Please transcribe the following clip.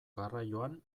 garraioan